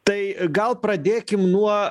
tai gal pradėkim nuo